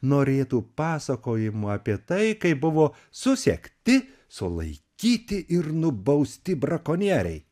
norėtų pasakojimų apie tai kaip buvo susekti sulaikyti ir nubausti brakonieriai